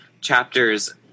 Chapters